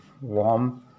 warm